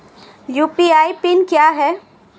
UPI PIN क्या है?